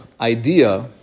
idea